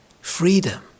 freedom